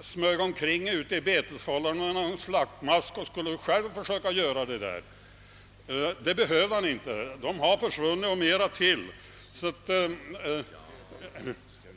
smög omkring i betesfållorna med en slaktmask för att själv slakta dessa kor. Det behövde han inte göra — de har försvunnit och fler därtill.